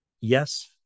yes